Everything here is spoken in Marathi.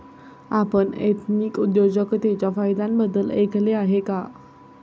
आपण एथनिक उद्योजकतेच्या फायद्यांबद्दल ऐकले आहे का?